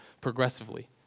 progressively